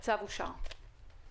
הצו אושר פה-אחד.